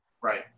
right